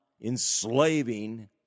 enslaving